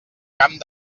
camp